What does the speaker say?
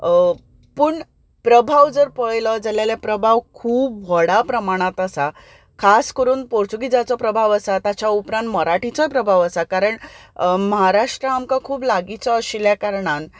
पूण प्रभाव जर पळयलो जाल्यार प्रभाव खूब व्हडा प्रमाणांत आसा खास करून पोर्तुगेजांचो प्रभाव आसा ताच्या उपरांत मराठीचोय प्रभाव आसा कारण महाराष्ट्रा आमकां खूब लागींचो आसल्या कारणान